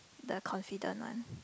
the confident one